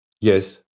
Yes